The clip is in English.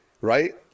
right